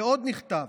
ועוד נכתב,